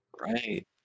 Right